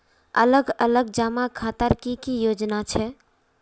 अलग अलग जमा खातार की की योजना छे?